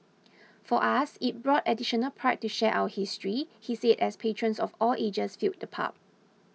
for us it brought additional pride to share our history he said as patrons of all ages filled the pub